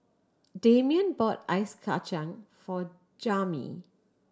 Damion bought ice kacang for Jammie